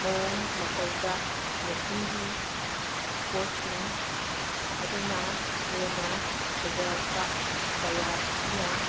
ꯃꯑꯣꯡ ꯃꯇꯧꯗ ꯃꯦꯆꯤꯟꯒꯤ ꯄꯣꯠꯁꯤꯡ ꯑꯗꯨꯅ ꯍꯦꯟꯅ ꯐꯖꯔꯛꯄ ꯀꯌꯥ ꯁꯤꯅ